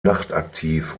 nachtaktiv